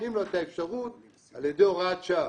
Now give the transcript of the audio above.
נותנים לו את האפשרות על ידי הוראת שעה,